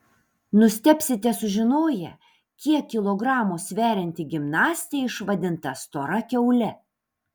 nustebsite sužinoję kiek kilogramų sverianti gimnastė išvadinta stora kiaule